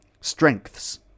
strengths